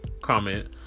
comment